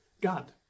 god